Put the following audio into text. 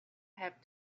have